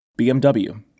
BMW